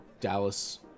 Dallas